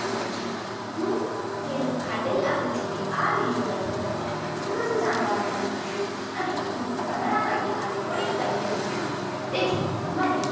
હોય છે હું એવું ખાતરી આપું છું કે આ વિડીયો પરથી તમને ખૂબ જ જાણવા મળ્યું હશે અને હું તમારા માટે આ રેકોર્ડીંગ કરી રહી છું તેથી મને